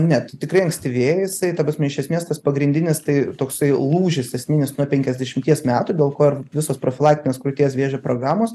net tai tikrai ankstyvėja jisai ta prasme iš esmės tas pagrindinis tai toksai lūžis esminis nuo penkiasdešimties metų dėl ko ir visos profilaktinės krūties vėžio programos